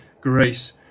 grace